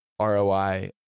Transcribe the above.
ROI